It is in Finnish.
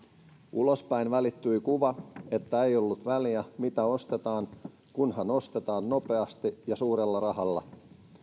ulospäin välittyi kuva että ei ollut väliä mitä ostetaan kunhan ostetaan nopeasti ja suurella rahalla